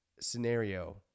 scenario